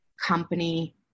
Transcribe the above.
company